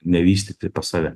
nevystyti pas save